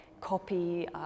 copy